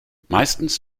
meistens